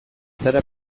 zara